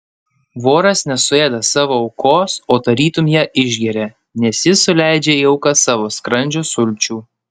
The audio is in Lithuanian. voras nesuėda savo aukos o tarytum ją išgeria nes jis suleidžia į auką savo skrandžio sulčių